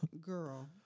Girl